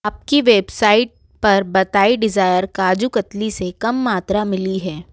आपकी वेबसाइट पर बताई डिज़ायर काजू कतली से कम मात्रा मिली है